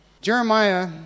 Jeremiah